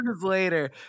later